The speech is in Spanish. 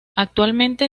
actualmente